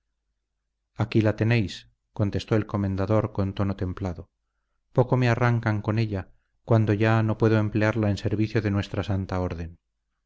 aquí la tenéis contestó el comendador con tono templado poco me arrancan con ella cuando ya no puedo emplearla en servicio de nuestra santa orden